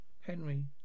Henry